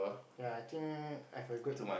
yea I think I've a good